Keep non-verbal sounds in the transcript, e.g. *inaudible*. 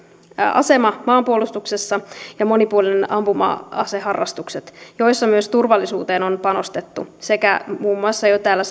asema maanpuolustuksessa ja monipuoliset ampuma aseharrastukset joissa myös turvallisuuteen on panostettu sekä muun muassa jo täällä *unintelligible*